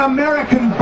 American